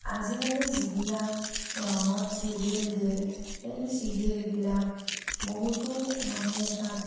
আজিকালি যিবিলাক ৰঙত চিৰিয়েল দিয়ে সেই চিৰিয়েলবিলাক বহুতো মানে তাত